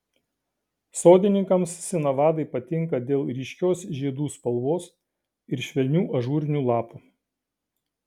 sodininkams sinavadai patinka dėl ryškios žiedų spalvos ir švelnių ažūrinių lapų